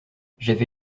j’avais